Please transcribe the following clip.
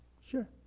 Sure